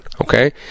Okay